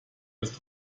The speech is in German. ist